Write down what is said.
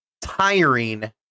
tiring